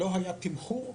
לא היה תמחור.